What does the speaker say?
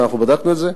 ואנחנו בדקנו את זה,